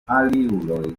aliuloj